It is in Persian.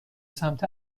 سمت